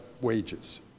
wages